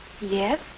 Yes